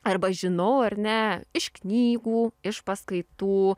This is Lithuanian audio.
arba žinau ar ne iš knygų iš paskaitų